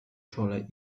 czole